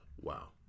Wow